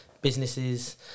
businesses